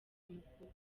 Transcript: mukuru